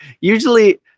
usually